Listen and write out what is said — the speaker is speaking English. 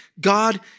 God